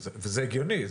וזה הגיוני,